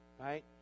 right